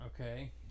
Okay